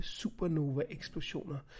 supernova-eksplosioner